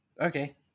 okay